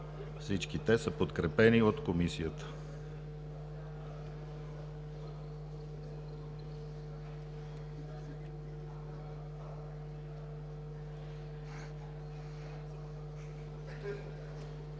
Всички те са подкрепени от Комисията.